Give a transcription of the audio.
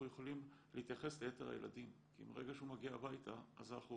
יכולים להתייחס ליתר הילדים כי מרגע שהוא מגיע הביתה אז אנחנו